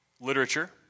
literature